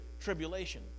tribulation